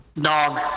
Dog